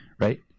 Right